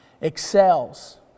excels